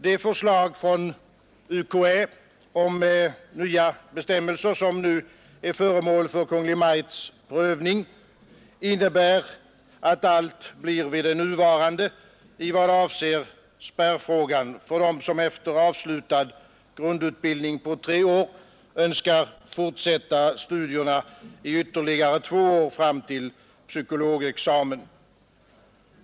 Det förslag från UKÄ om nya bestämmelser som nu är föremål för Kungl. Maj:ts prövning innebär att allt blir vid det nuvarande i vad avser spärrfrågan för dem som efter avslutad grundutbildning på tre år önskar fortsätta studierna i ytterligare två år fram till psykologexamen.